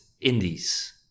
Indies